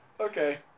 Okay